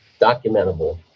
documentable